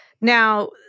Now